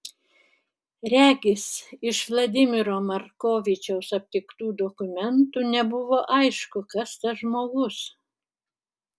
regis iš vladimiro markovičiaus aptiktų dokumentų nebuvo aišku kas tas žmogus